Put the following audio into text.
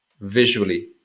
visually